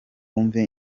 wumve